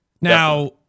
Now